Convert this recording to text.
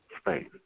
space